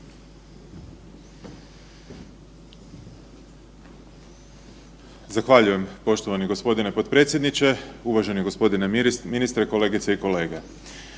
Zahvaljujem poštovani gospodine potpredsjedniče. Uvaženi gospodine ministre, kolegice i kolege,